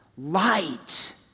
Light